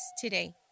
today